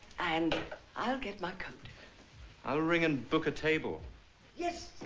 and i'll get my coat i'll ring and book a table yes.